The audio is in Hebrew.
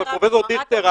חבר הכנסת דיכטר,